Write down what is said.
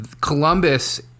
Columbus